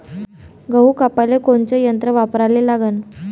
गहू कापाले कोनचं यंत्र वापराले लागन?